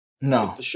No